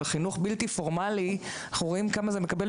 בחינוך הבלתי פורמלי אנחנו רואים כמה זה מקבל